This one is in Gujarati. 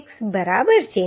6 બરાબર છે